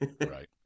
Right